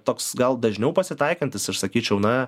toks gal dažniau pasitaikantis aš sakyčiau na